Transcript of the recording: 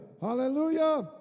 hallelujah